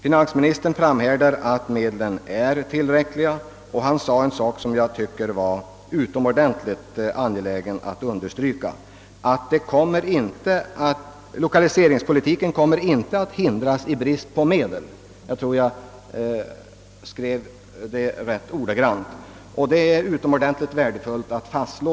Inrikesministern framhärdar i sin uppfattning att anslagen är tillräckliga, och han sade något som är utomordentligt viktigt att understryka, nämligen att lokaliseringspolitiken inte kommer att hindras i brist på medel — jag tror att jag antecknade detta rätt ordagrant. Detta är mycket värdefullt att fastslå.